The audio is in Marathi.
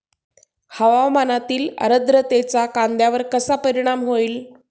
हवामानातील आर्द्रतेचा कांद्यावर कसा परिणाम होईल?